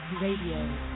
Radio